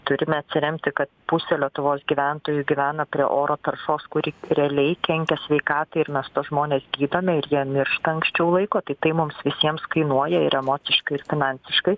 turime atsiremti kad pusė lietuvos gyventojų gyvena prie oro taršos kuri realiai kenkia sveikatai ir mes tuos žmones gydome ir jie miršta anksčiau laiko tai tai mums visiems kainuoja ir emociškai ir finansiškai